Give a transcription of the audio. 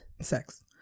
sex